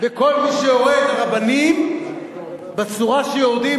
וכל מי שרואה את הרבנים בצורה שיורדים,